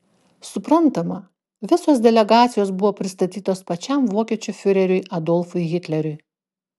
suprantama visos delegacijos buvo pristatytos pačiam vokiečių fiureriui adolfui hitleriui